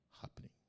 happening